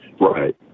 Right